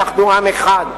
אנחנו עם אחד.